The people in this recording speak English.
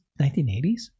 1980s